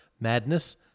Madness